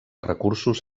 recursos